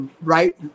right